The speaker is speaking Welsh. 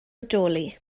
bodoli